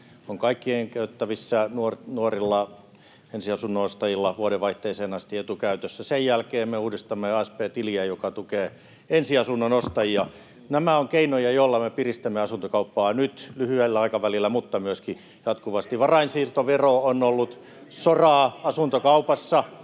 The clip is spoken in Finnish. on kaikkien käytettävissä, nuorilla ensiasunnon ostajilla on vuodenvaihteeseen asti etu käytössä. Sen jälkeen me uudistamme asp-tiliä, joka tukee ensiasunnon ostajia. Nämä ovat keinoja, joilla me piristämme asuntokauppaa nyt lyhyellä aikavälillä mutta myöskin jatkuvasti. Varainsiirtovero on ollut soraa asuntokaupassa,